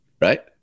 right